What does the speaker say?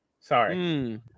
Sorry